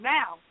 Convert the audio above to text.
now